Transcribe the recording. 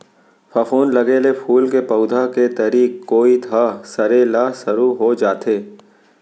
फफूंद लगे ले फूल के पउधा के तरी कोइत ह सरे ल सुरू हो जाथे